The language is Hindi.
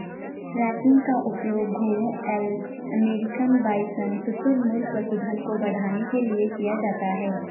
रैंकिंग का उपयोग घोड़ों एल्क अमेरिकन बाइसन शुतुरमुर्ग पशुधन को बढ़ाने के लिए किया जाता है